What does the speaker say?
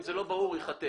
אם זה לא ברור, זה ייכתב.